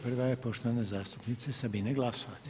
Prva je poštovana zastupnica Sabina Glasovac.